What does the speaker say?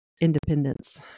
independence